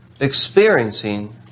experiencing